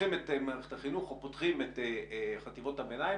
פותחים את מערכת החינוך או פותחים את חטיבות הביניים,